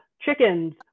chickens